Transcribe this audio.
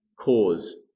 cause